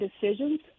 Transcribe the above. decisions